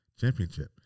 championship